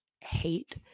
hate